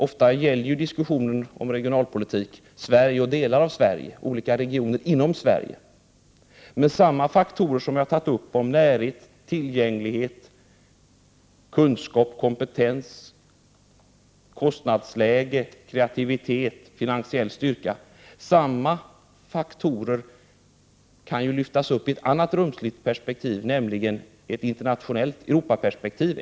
Oftast gäller ju diskussionen om regionalpolitik Sverige och olika regioner inom Sverige. De faktorer som jag har tagit upp — närhet, tillgänglighet, kunskap, kompetens, kostnadsläge, kreativitet, finansiell styrka — kan ju lyftas upp i ett annat rumsligt perspektiv, t.ex. ett internationellt Europaperspektiv.